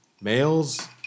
males